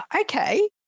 okay